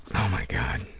oh, my god.